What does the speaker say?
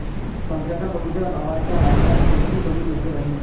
संत्र्याचा बगीचा लावायचा रायल्यास कोनची जमीन योग्य राहीन?